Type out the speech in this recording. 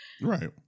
right